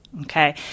Okay